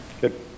Good